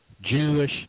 Jewish